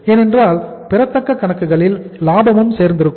ஏனென்றால் பெறத்தக்க கணக்குகளில் லாபமும் சேர்ந்திருக்கும்